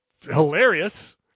hilarious